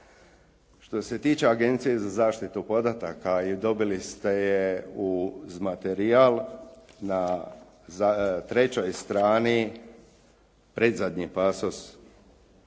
Što se tiče Agencije za zaštitu podataka dobili ste je uz materijal. Na trećoj strani predzadnji pasos